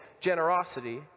generosity